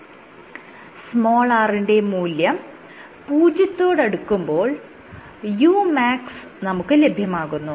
r ന്റെ മൂല്യം പൂജ്യത്തോടടുക്കുമ്പോൾ umax നമുക്ക് ലഭ്യമാകുന്നു